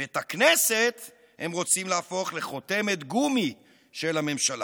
ואת הכנסת הם רוצים להפוך לחותמת גומי של הממשלה.